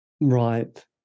Right